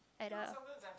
at the